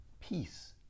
peace